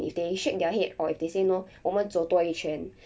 if they shake their head or if they say no 我们走多一圈